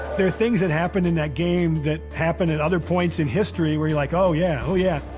there are things that happened in that game that happened in other points in history where you're like, oh, yeah. oh, yeah.